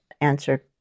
answer